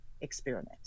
experiment